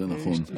זה נכון.